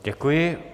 Děkuji.